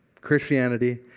Christianity